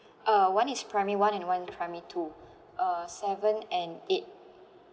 uh one is primary one and one primary two uh seven and eight